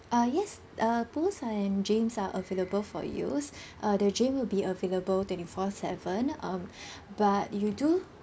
uh yes uh pools and gyms are available for use uh the gym will be available twenty four seven um but you do